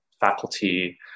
faculty